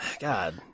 God